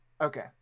okay